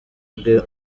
bwe